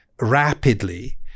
rapidly